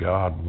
God